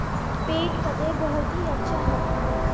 पेट बदे बहुते अच्छा हौ